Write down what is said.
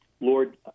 Lord